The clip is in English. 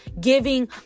giving